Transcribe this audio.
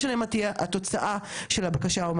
העיקר שיהיה איזה שהוא רישום של בקשה הומניטרית,